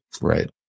Right